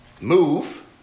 move